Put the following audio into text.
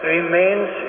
remains